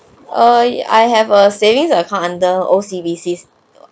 !oi! I have a savings account under O_C_B_C